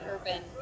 urban